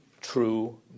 true